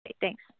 Thanks